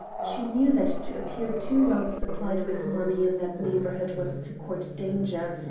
she knew that to appear too well supplied with money in that neighbourhood was to court danger,